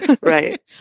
Right